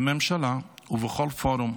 בממשלה ובכל פורום,